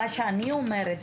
מה שאני אומרת,